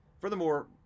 Furthermore